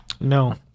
No